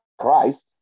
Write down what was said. Christ